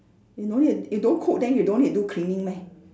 you know you you don't cook then you don't need do cleaning meh